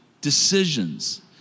decisions